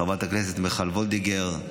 לחברת הכנסת מיכל וולדיגר,